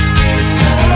Christmas